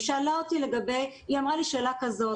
היא אמרה לי שאלה כזאת,